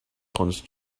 plunge